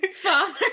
Father